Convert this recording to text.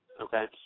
Okay